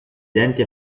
denti